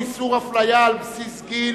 איסור הפליה על בסיס גיל),